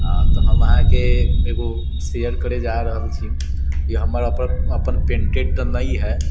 आओर तऽ हम अहाँके एगो शेयर करऽ जा रहल छी ई हमर अपन पैन्टेड तऽ नहि हइ